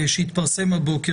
שהתפרסם הבוקר,